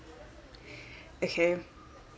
okay